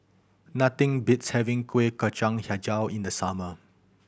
nothing beats having Kuih Kacang Hijau in the summer